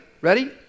Ready